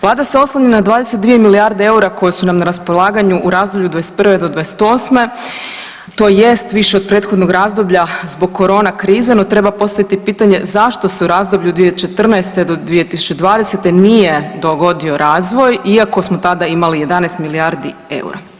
Vlada se oslanja na 22 milijarde eura koje su nam na raspolaganju u razdoblju od '21. do '28., to jest više od prethodnog razdoblja zbog korona krize, no treba postaviti pitanje zašto se u razdoblju od 2014. do 2020. nije dogodio razvoj iako smo tada imali 11 milijardi eura?